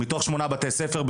מתוך שמונה בתי ספר,